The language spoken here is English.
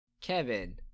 Kevin